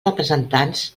representants